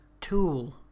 tool